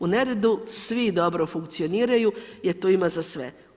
U neredu svi dobro funkcioniraju jer tu ima za sve.